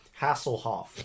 Hasselhoff